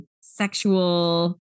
sexual